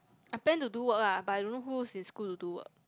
I plan to do work ah but I don't know who is in school to do work